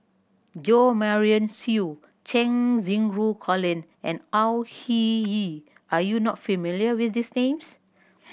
Jo Marion Seow Cheng Xinru Colin and Au Hing Yee are you not familiar with these names